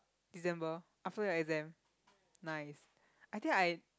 December after the exam nice I think I